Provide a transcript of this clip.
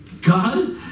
God